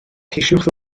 ceisiwch